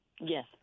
Yes